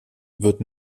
wird